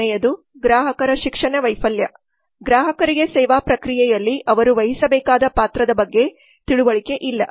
ಎರಡನೆಯದು ಗ್ರಾಹಕರ ಶಿಕ್ಷಣ ವೈಫಲ್ಯ ಗ್ರಾಹಕರಿಗೆ ಸೇವಾ ಪ್ರಕ್ರಿಯೆಯಲ್ಲಿ ಅವರು ವಹಿಸಬೇಕಾದ ಪಾತ್ರದ ಬಗ್ಗೆ ತಿಳುವಳಿಕೆ ಇಲ್ಲ